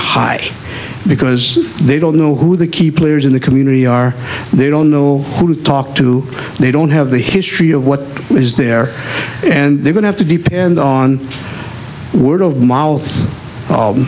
high because they don't know who the key players in the community are they don't know who to talk to they don't have the history of what is there and they don't have to depend on word of mouth